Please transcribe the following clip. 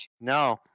no